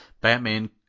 Batman